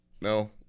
No